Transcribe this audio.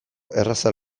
erraza